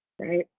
right